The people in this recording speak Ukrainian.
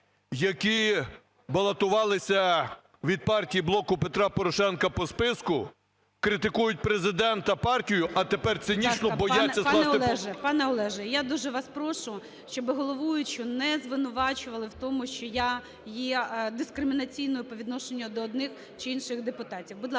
які балотувалися від партії "Блоку Петра Порошенка" по списку, критикують Президента і партію, а тепер цинічно бояться скласти повноваження… ГОЛОВУЮЧИЙ. Пане Олеже, я дуже вас прошу, щоби головуючу не звинувачували в тому, що я є дискримінаційною по відношенню до одних чи інших депутатів. Будь ласка,